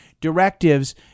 directives